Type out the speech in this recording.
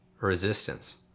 resistance